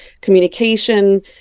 communication